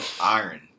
Iron